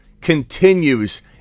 continues